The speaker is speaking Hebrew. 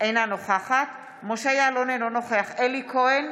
אינה נוכחת משה יעלון, אינו נוכח אלי כהן,